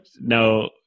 no